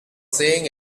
saying